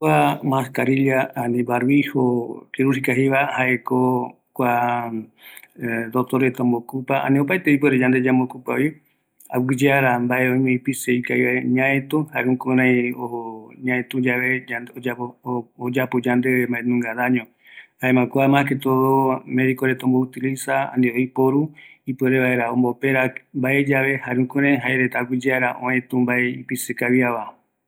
Kua tovaregua oporopano vareta oiporu, oyeandu vaera, opaete mbaegui, kuako oyajɨa yave oeki vaera yandegui mbarajɨ, jaera oiporu kua opöröpöano va reta